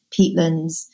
peatlands